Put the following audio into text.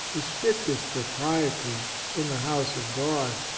the strictest propriety in the hous of god.